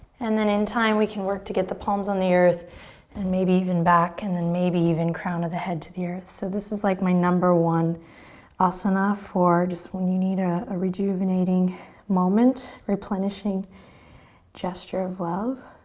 and then in time we can work to get the palms on the earth and maybe even back and then maybe even crown of the head to the earth. so this is like my number one asana for just when you need a ah rejuvenating moment. replenishing gesture of love.